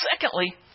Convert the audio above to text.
secondly